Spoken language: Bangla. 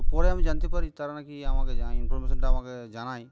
তো পরে আমি জানতে পারি তারা নাকি আমাকে এই ইনফরমেশানটা আমাকে জানায়